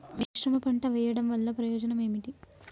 మిశ్రమ పంట వెయ్యడం వల్ల ప్రయోజనం ఏమిటి?